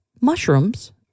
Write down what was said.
mushrooms